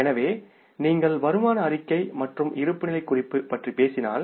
எனவே நீங்கள் வருமான அறிக்கை மற்றும் இருப்புநிலை குறிப்பு பற்றி பேசினால்